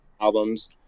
albums